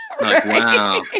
Wow